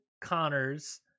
Connor's